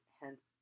hence